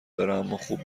داره، اماخب